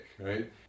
right